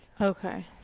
Okay